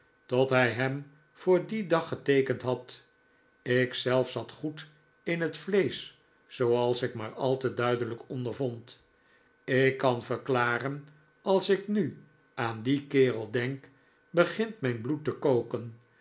tot hij hem voor dien dag geteekend had ik zelf zat goed in het vleesch zooals ik maar al te duidelijk ondervond ik kan verklaren als ik nu aan dien kerel denk begint mijn bloed te koken